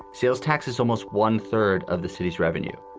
sales taxes, almost one third of the city's revenue.